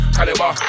Caliber